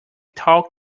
tall